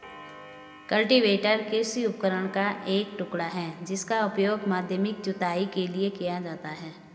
cultivator कृषि उपकरण का एक टुकड़ा है जिसका उपयोग माध्यमिक जुताई के लिए किया जाता है